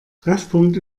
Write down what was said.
treffpunkt